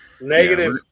negative